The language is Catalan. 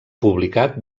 publicat